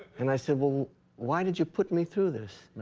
and i said, well why did you put me through this?